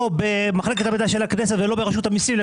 לא במחלקת המידע של הכנסת ולא ברשות המסים,